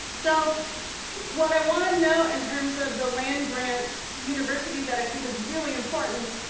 so what i want to know in terms of the land grant university that i think is really important,